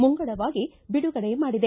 ಮುಂಗಡೆಯಾಗಿ ಬಿಡುಗಡೆ ಮಾಡಿದೆ